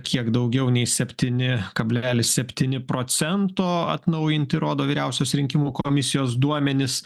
kiek daugiau nei septyni kablelis septyni procento atnaujinti rodo vyriausiosios rinkimų komisijos duomenys